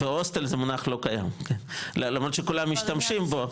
והוסטל זה מונח לא קיים, למרות שכולם משתמשים בו.